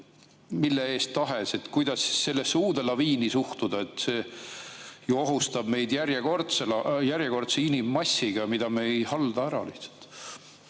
mille eest tahes. Kuidas sellesse uude laviini suhtuda? See ju ohustab meid järjekordse inimmassiga, mida me ei halda lihtsalt